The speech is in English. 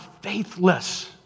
faithless